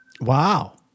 Wow